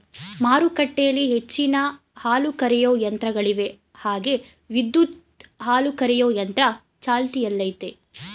ಮಾರುಕಟ್ಟೆಲಿ ಹೆಚ್ಚಿನ ಹಾಲುಕರೆಯೋ ಯಂತ್ರಗಳಿವೆ ಹಾಗೆ ವಿದ್ಯುತ್ ಹಾಲುಕರೆಯೊ ಯಂತ್ರ ಚಾಲ್ತಿಯಲ್ಲಯ್ತೆ